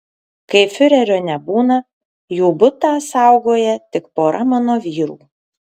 kai fiurerio nebūna jų butą saugoja tik pora mano vyrų